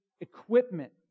equipment